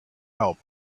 help